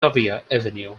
avenue